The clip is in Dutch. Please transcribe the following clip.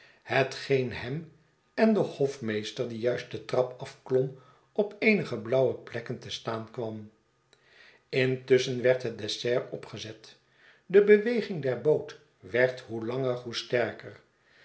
hetgeen hem en den hofmeester die juist de trap af klom op eenige blauwe plekken te staan kwam intusschen werd het dessert opgezet de beweging der boot werd hoe langer hoe sterker